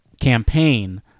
campaign